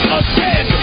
again